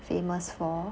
famous for